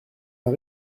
pas